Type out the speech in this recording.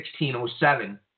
1607